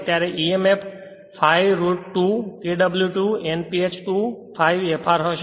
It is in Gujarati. ત્યારે emf pi root 2 Kw2 Nph 2 f ∅r હશે